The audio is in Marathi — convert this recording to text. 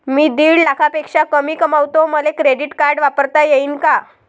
मी दीड लाखापेक्षा कमी कमवतो, मले क्रेडिट कार्ड वापरता येईन का?